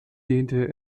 dehnte